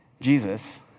Jesus